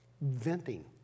venting